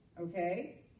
okay